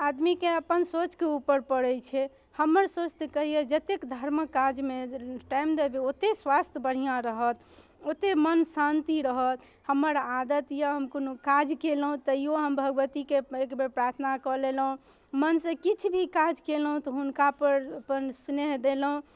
आदमीके अपन सोचके उपर पड़ै छै हमर सोच तऽ कहैये जतेक धर्मक काजमे टाइम देबै ओते स्वास्थ बढ़िआँ रहत ओते मन शान्ति रहत हमर आदत यऽ हम कोनो काज कयलहुँ तैयो हम भगवतीके एक बेर प्रार्थना कऽ लेलहुँ मनसँ किछु भी काज कयलहुँ तऽ हुनकापर अपन स्नेह देलहुँ